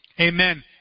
Amen